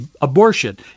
abortion